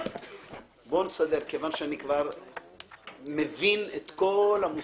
כיוון שאני כבר מבין את כל המושגים,